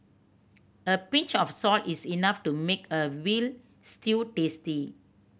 a pinch of salt is enough to make a veal stew tasty